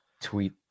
tweet